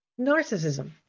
narcissism